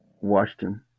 Washington